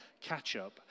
catch-up